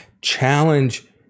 challenge